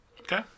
Okay